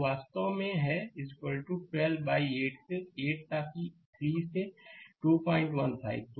तो यह वास्तव में है यह 12 बाइ 8 से है 8 ताकि 3 से 215 हो